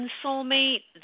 soulmate